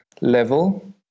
level